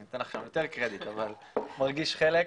אני נותן לכם יותר קרדיט אבל מרגיש חלק,